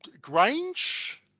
Grange